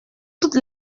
toute